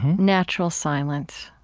natural silence.